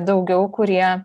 daugiau kurie